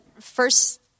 first